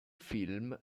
film